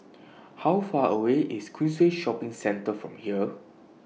How Far away IS Queensway Shopping Centre from here